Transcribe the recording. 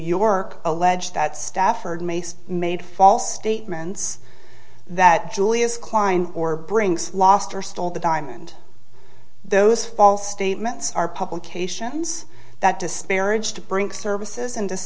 york allege that stafford mason made false statements that julius klein or brings lost or stole the diamond those false statements are publications that disparaged the brinks services and